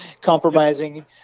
compromising